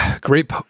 great